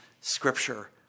scripture